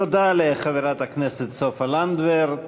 תודה לחברת הכנסת סופה לנדבר.